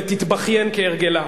ותתבכיין כהרגלה,